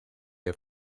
are